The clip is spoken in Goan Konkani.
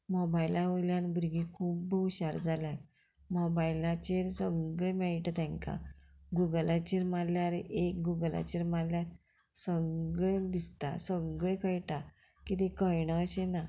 मोबायला वयल्यान भुरगीं खुब्ब हुशार जाल्या मोबायलाचेर सगळें मेळटा तांकां गुगलाचेर मारल्यार एक गुगलाचेर मारल्यार सगळें दिसता सगळें कळटा कितें कयणा अशें ना